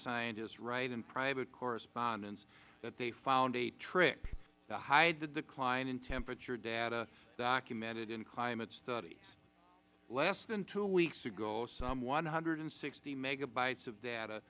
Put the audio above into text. scientists write in private correspondence that they found a trick to hide the decline in temperature data documented in climate studies less than two weeks ago some one hundred and sixty megabytes of data